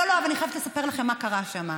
לא, לא, אבל אני חייבת לספר לכם מה קרה שם.